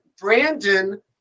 Brandon